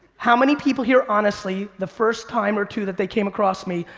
how many people here honestly, the first time or two that they came across me,